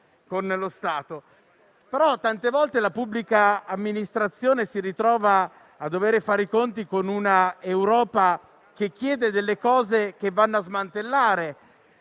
Tante volte, però, la pubblica amministrazione si ritrova a dover fare i conti con un'Europa che chiede cose che vanno a smantellare